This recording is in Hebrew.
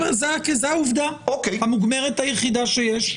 זו העובדה המוגמרת היחידה שיש.